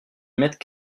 mètre